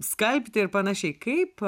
skalbti ir panašiai kaip